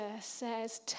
says